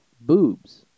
boobs